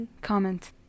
comment